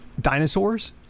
Dinosaurs